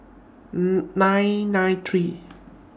nine nine three